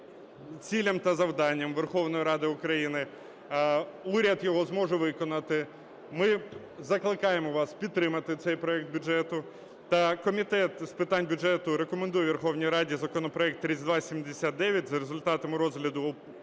цілям та завданням Верховної Ради України. Уряд його зможе виконати. Ми закликаємо вас підтримати цей проект бюджету, та Комітет з питань бюджету рекомендує Верховній Раді законопроект 3279 за результатами розгляду в